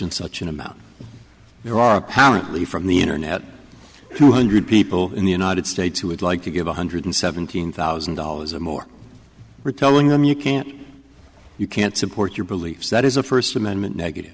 and such an amount there are apparently from the internet two hundred people in the united states who would like to give one hundred seventeen thousand dollars or more we're telling them you can't you can't support your beliefs that is a first amendment negative